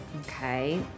Okay